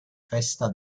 festa